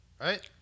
right